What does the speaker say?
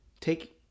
take